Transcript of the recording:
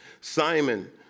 Simon